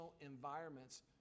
environments